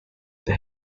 they